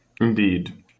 Indeed